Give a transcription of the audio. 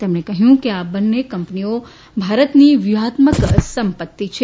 તેમણે કહ્યું કે આ બંને કંપનીઓ ભારતની વ્યૂહાત્મક સંપત્તિ છે